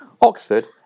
Oxford